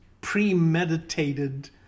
premeditated